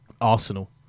arsenal